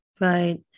Right